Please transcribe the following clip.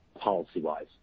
policy-wise